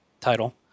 title